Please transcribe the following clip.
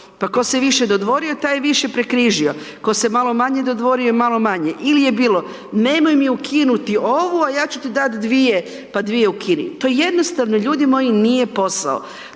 pa tko se više dodvorio, taj je više prekrižio, tko se malo manje dodvorio, malo manje ili je bilo, nemoj mi ukinuto ovo a ja ću ti dati dvije pa dvije ukini, to jednostavno ljudi moji, nije posao,